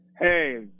Hey